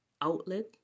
outlet